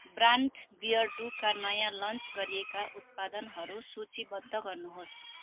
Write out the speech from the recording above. brand बियरडुका नयाँ launch गरिएका उत्पादनहरू सूचीबद्ध गर्नुहोस्